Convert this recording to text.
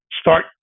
start